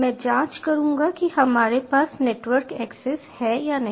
मैं जांच करूंगा कि हमारे पास नेटवर्क एक्सेस है या नहीं